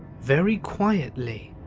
very quietly,